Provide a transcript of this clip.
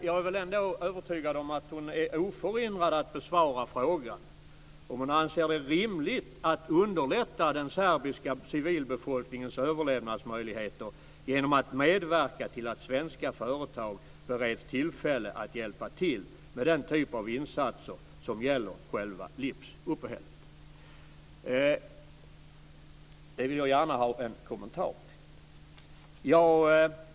Jag är dock övertygad om att hon är oförhindrad att besvara frågan om hon anser det rimligt att underlätta den serbiska civilbefolkningens överlevnadsmöjligheter genom att medverka till att svenska företag ges möjlighet att hjälpa till med insatser som gäller själva livsuppehället. Detta vill jag gärna få en kommentar till.